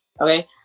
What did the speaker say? okay